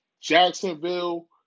Jacksonville